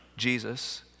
Jesus